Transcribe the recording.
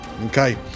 Okay